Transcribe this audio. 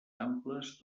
amples